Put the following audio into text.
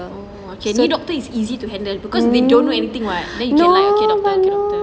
okay new doctor is easy to handle because they don't do anything [what] you can like okay doctor okay doctor